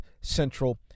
Central